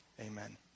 amen